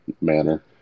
manner